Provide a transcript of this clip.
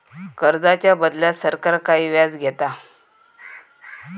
कर्जाच्या बदल्यात सरकार काही व्याज घेता